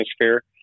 atmosphere